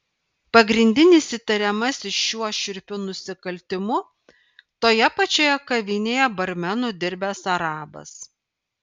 pagrindinis įtariamasis šiuo šiurpiu nusikaltimu toje pačioje kavinėje barmenu dirbęs arabas